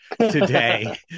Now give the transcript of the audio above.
today